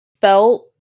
felt